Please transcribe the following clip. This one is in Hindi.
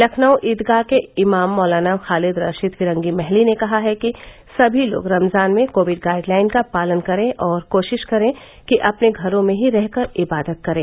लखनऊ ईदगाह के इमाम मौलाना खालिद रशीद फिरंगी महली ने कहा है कि सभी लोग रमजान में कोविड गाइड लाइन का पालन करें और कोशिश करें कि अपने घरों में ही रह कर इबादत करें